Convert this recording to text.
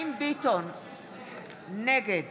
היום פורסם שמשטרת ישראל מגבשת מתווה מיוחד.